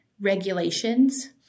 regulations